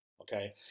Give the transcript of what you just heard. Okay